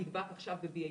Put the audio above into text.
נדבק עכשיו ב-BA2.